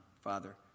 Father